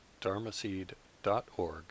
dharmaseed.org